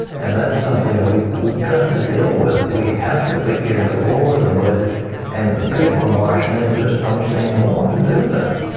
and that is something that we've we've got to deal with. we have to begin to lower the budget and the people in washington and don't seem to want to do that.